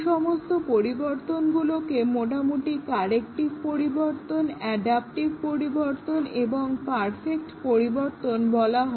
এই সমস্ত পরিবর্তনগুলোকে মোটামুটিভাবে কারেক্টিভ পরিবর্তন অ্যাডাপটিভ পরিবর্তন এবং পারফেক্ট পরিবর্তন বলা হয়